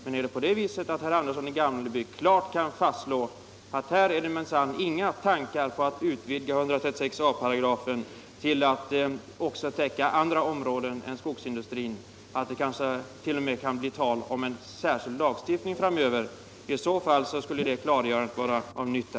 Men kan herr Andersson klart fastslå att det inte finns några tankar på att utvidga 136 a § till att täcka också andra områden än skogsindustrin, —- det kanske t.o.m. kan bli tal om en särskild lagstiftning framöver —- skulle ett sådant klargörande vara till nytta.